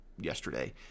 yesterday